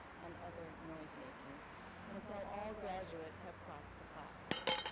and other noise making and until all all graduates have crossed the platform.